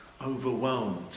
overwhelmed